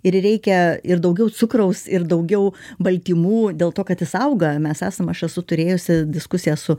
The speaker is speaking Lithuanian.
ir reikia ir daugiau cukraus ir daugiau baltymų dėl to kad jis auga mes esam aš esu turėjusi diskusiją su